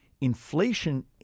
Inflation